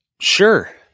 sure